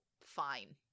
fine